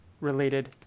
related